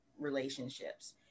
relationships